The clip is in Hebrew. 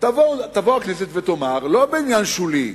תבוא הכנסת ותאמר, לא בעניין שולי,